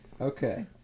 Okay